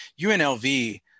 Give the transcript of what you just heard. UNLV